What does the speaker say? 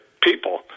people